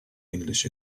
english